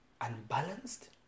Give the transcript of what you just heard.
Unbalanced